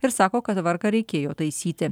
ir sako kad tvarką reikėjo taisyti